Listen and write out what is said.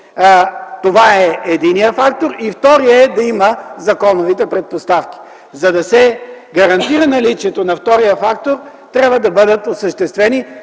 И вторият фактор е да има законови предпоставки. За да се гарантира наличието на втория фактор, трябва да бъдат осъществени